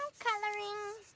coloring.